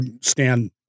stand